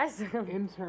intern